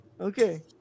Okay